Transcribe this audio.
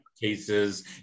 cases